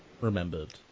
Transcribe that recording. remembered